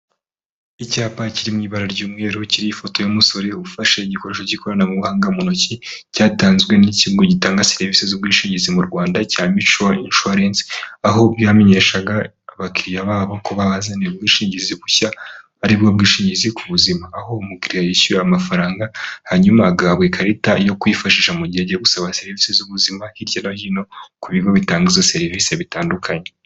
Icyapa kiri mu ibara ry'umweru kiriho ifoto y'umusore ufashe igikoresho cy'ikoranabuhanga mu ntoki cyatanzwe n'ikigo gitanga serivisi z'ubwishingizi mu Rwanda cya mutual insurance aho byamenyeshaga abakiriya babo ko babazaniye ubwishingizi bushya ari bwo bwishingizi ku buzima. Aho umukiriya yishyura amafaranga hanyuma agahabwa ikarita yo kwifashisha mu gihe agiye gusaba serivisi z'ubuzima hirya no hino ku bigo bitanga izo serivisi bitandukanye.